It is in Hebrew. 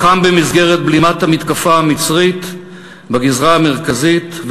והוא נלחם במסגרת בלימת המתקפה המצרית בגזרה המרכזית,